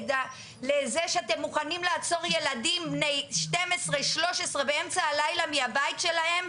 זה שאתם מוכנים לעצור ילדים בני 12-13 באמצע הלילה מהבית שלהם,